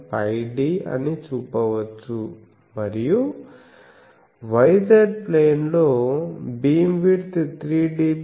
65λ0N1πd అని చూపవచ్చు మరియు y z ప్లేన్లో BW3dB 2